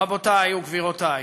רבותי וגבירותי,